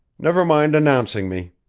never mind announcing me.